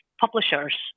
publishers